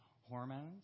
hormones